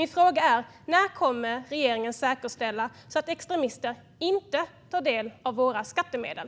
När kommer regeringen att säkerställa att extremister inte tar del av våra skattemedel?